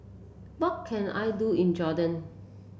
what can I do in Jordan